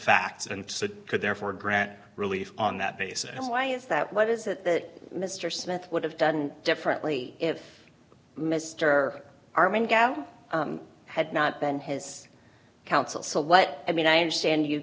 could therefore grant relief on that basis and why is that what is it that mr smith would have done differently if mr armen gal had not been his counsel so what i mean i understand you